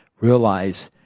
realize